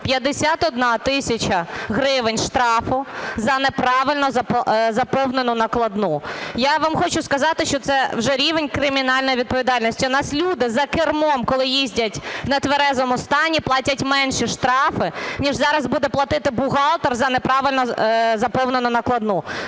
51 тисяча гривень штрафу за неправильно заповнену накладну. Я вам хочу сказати, що це вже рівень кримінальної відповідальності. У нас люди за кермом, коли їздять в нетверезому стані, платять менші штрафи, ніж зараз буде платити бухгалтер за неправильно заповнену накладну.